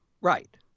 Right